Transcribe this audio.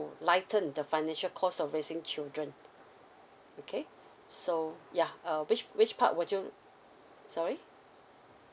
lighten the financial cost of raising children okay so ya uh which which part would you sorry